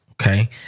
Okay